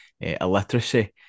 illiteracy